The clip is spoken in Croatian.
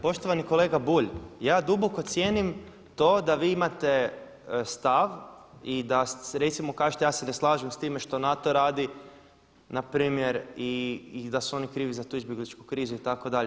Poštovani kolega Bulj, ja duboko cijenim to da vi imate stav i da ste se recimo, kao što se ja ne slažem s time što NATO radi, npr. i da su oni krivi za tu izbjeglički krizu itd.